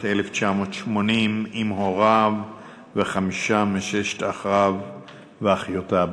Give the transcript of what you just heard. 1980 עם הוריו וחמישה מששת אחיו ואחיותיו.